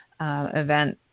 event